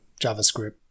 JavaScript